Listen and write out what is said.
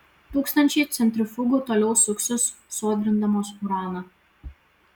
tūkstančiai centrifugų toliau suksis sodrindamos uraną